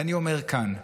ואני אומר כאן,